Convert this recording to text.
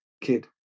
kid